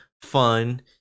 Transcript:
fun